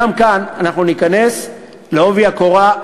גם כאן אנחנו ניכנס בעובי הקורה.